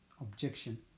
objection